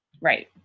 Right